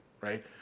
right